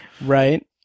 Right